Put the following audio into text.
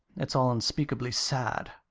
it's all unspeakably sad.